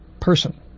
person